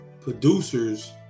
producers